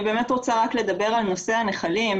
אני באמת רוצה רק לדבר על נושא הנחלים.